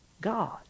God